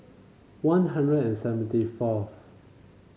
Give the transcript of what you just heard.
One Hundred and seventy fourth